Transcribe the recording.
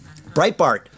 Breitbart